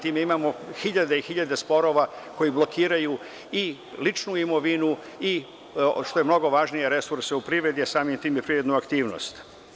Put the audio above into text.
Time imamo hiljade i hiljade sporova koji blokiraju i ličnu imovinu i, što je mnogo važnije, resurse u privredi i samim tim i privrednu aktivnost.